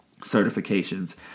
certifications